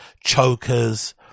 chokers